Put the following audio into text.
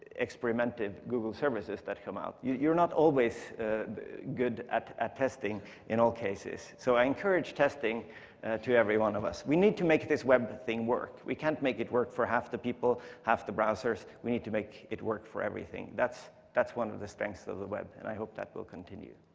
experimentive google services that come out. you're not always good at at testing in all cases. so i encourage testing to every one of us. we need to make this web thing work, we can't make it work for half the people, half the browsers. we need to make it work for everything. that's that's one of the strengths of the web, and i hope that will continue.